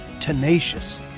Tenacious